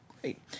great